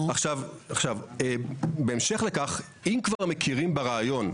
עכשיו, בהמשך לכך, אם כבר מכירים ברעיון,